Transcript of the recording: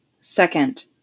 Second